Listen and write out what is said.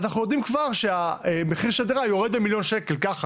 אז אנחנו יודעים כבר שהמחיר של הדירה יותר במיליון ש"ח וזה ככה,